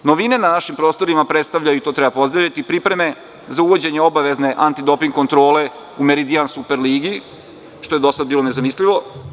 Novina na našim prostorima predstavlja i to treba pozdraviti, pripreme za uvođenje obavezne antidoping kontrole u Meridijan super ligi, što je do sada bilo nezamislivo.